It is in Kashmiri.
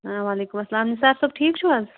وعلیکُم السلام نسار صٲب ٹھیٖک چھُو حظ